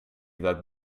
that